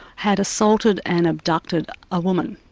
had assaulted and abducted a woman.